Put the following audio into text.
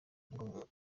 ngo